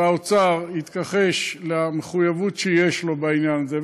והאוצר יתכחש למחויבות שיש לו בעניין הזה,